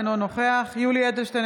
אינו נוכח יולי יואל אדלשטיין,